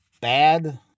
bad